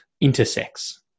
intersects